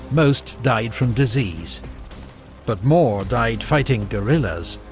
most died from disease but more died fighting guerrillas,